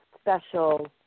special